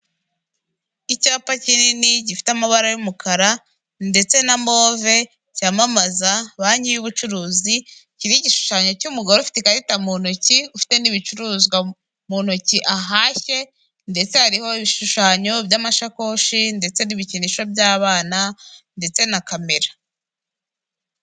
Icyapa kinini gifite amabara y'umukara ndetse na move cyamamaza banki y'ubucuruzi kiriho igishushanyo cy'umugore ufite ikarita mu ntoki ufite n'ibicuruzwa mu ntoki ahashye ndetse hariho ibishushanyo by'amashakoshi ndetse n'ibikinisho by'abana ndetse na kamera.